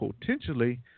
potentially